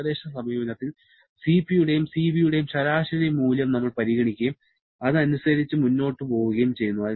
ഏകദേശ സമീപനത്തിൽ Cp യുടെയും Cv യുടെയും ശരാശരി മൂല്യം നമ്മൾ പരിഗണിക്കുകയും അതിനനുസരിച്ച് മുന്നോട്ട് പോകുകയും ചെയ്യുന്നു